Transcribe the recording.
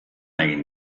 egin